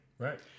Right